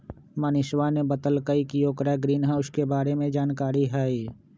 मनीषवा ने बतल कई कि ओकरा ग्रीनहाउस के बारे में जानकारी हई